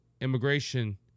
immigration